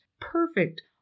perfect